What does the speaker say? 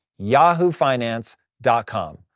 yahoofinance.com